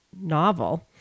novel